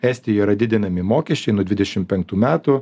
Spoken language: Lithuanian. estijoj yra didinami mokesčiai nuo dvidešim penktų metų